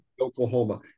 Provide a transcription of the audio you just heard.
oklahoma